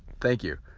thank you,